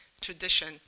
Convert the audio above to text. tradition